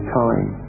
time